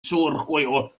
suurkuju